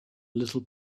little